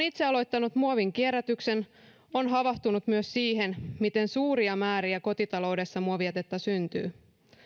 itse aloittanut muovinkierrätyksen on havahtunut myös siihen miten suuria määriä kotitaloudessa muovijätettä syntyy